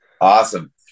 Awesome